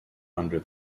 under